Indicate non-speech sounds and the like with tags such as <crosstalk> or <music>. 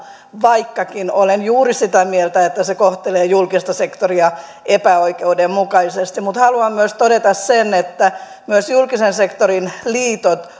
vaikkakin olen juuri sitä mieltä että se kohtelee julkista sektoria epäoikeudenmukaisesti mutta haluan myös todeta sen että myös julkisen sektorin liitot <unintelligible>